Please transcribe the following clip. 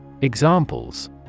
Examples